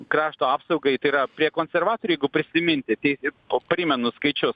krašto apsaugai tai yra prie konservatorių jeigu prisiminti o primenu skaičius